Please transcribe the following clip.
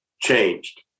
changed